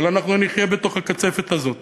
אבל אנחנו נחיה בתוך הקצפת הזאת